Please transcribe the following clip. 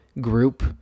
group